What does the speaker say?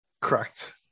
Correct